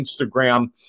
Instagram